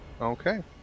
Okay